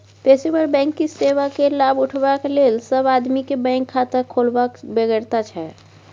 पेशेवर बैंकिंग सेवा केर लाभ उठेबाक लेल सब आदमी केँ बैंक खाता खोलबाक बेगरता छै